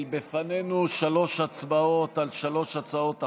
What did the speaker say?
לפנינו שלוש הצבעות על שלוש הצעות חוק.